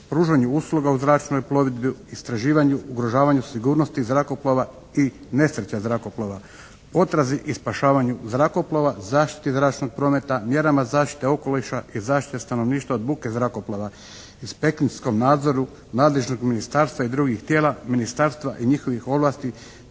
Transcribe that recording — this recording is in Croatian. pružanju usluga u zračnoj plovidbi, istraživanju, ugrožavanju sigurnosti zrakoplova i nesreće zrakoplova, potrazi i spašavanju zrakoplova, zaštiti zračnog prometa, mjerama zaštite okoliša i zaštite stanovništva od buke zrakoplova, inspekcijskom nadzoru nadležnog ministarstva i drugih tijela ministarstva i njihovih ovlasti